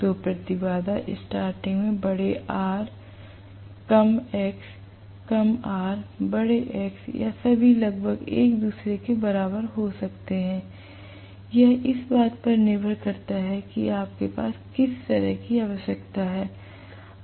तो प्रतिबाधा स्टार्टिंग में बड़े R कम X कम R बड़े X या सभी लगभग एक दूसरे के बराबर हो सकते हैं यह इस बात पर निर्भर करता है कि आपके पास किस तरह की आवश्यकता है